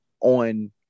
on